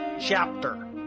Chapter